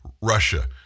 Russia